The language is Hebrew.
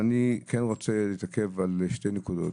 אני כן רוצה להתעכב על שתי נקודות.